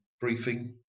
briefing